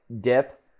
dip